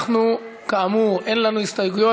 כאמור, אין לנו הסתייגויות.